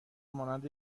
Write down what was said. مانند